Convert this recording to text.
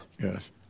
Yes